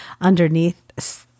underneath